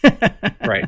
Right